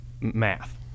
math